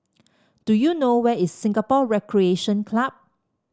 do you know where is Singapore Recreation Club